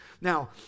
Now